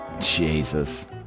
Jesus